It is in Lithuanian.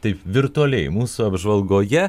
taip virtualiai mūsų apžvalgoje